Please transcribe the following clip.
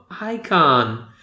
Icon